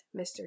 Mr